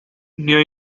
new